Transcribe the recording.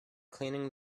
cleaning